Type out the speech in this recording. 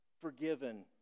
forgiven